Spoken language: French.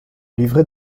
livrer